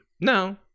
No